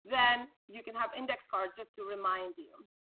then you can have index cards just to remind you.